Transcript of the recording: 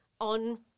on